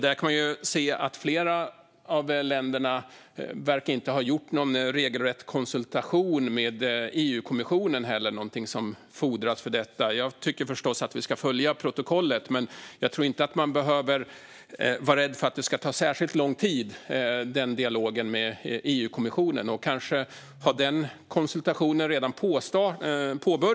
Där kan man se att flera av länderna inte verkar ha gjort någon regelrätt konsultation med EU-kommissionen, någonting som fordras för detta. Jag tycker förstås att vi ska följa protokollet, och jag tror inte att man behöver vara rädd för att dialogen med EU-kommissionen ska ta särskilt lång tid.